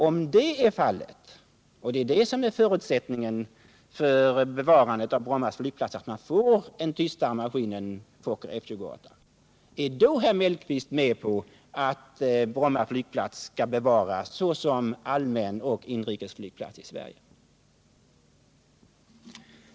Om det blir fallet — och en förutsättning för bevarandet av Bromma flygplats är ju att man får ett tystare flygplan än Fokker F-28 längre fram — går då herr Mellqvist med på att Bromma flygplats skall bevaras såsom allmän flygplats och inrikesflygplats i Sverige?